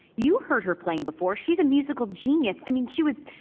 you've heard her playing before, she's a musical genius, i mean, she was.